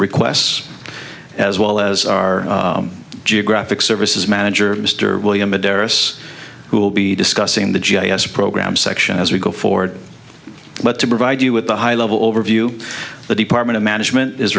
requests as well as our geographic services manager mr william adair yes who will be discussing the g i s program section as we go forward but to provide you with a high level overview the department of management is